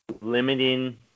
limiting